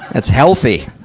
that's healthy!